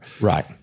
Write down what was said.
Right